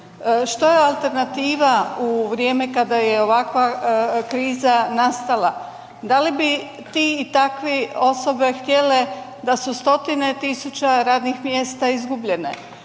Šta je alternativa u vrijeme kada je ovakva kriza nastala? Da li bi ti i takvi osobe htjele da su stotine tisuća radnih mjesta izgubljene,